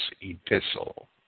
epistle